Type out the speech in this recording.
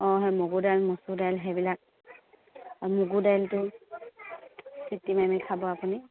অঁ সেই মগুৰ দাইল মচুৰ দাইল সেইবিলাক আৰু মগু দাইলটো চিটি মাৰি খাব আপুনি